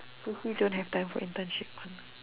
if you say don't have time for internship one